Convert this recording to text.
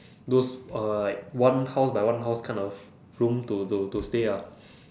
those uh like one house by one house kind of room to to to stay ah